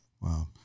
Wow